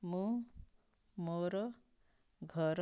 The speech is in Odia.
ମୁଁ ମୋର ଘର